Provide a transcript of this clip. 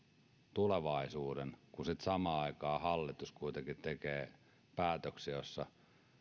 tulevaisuuden kun samaan aikaan hallitus kuitenkin tekee päätöksiä joissa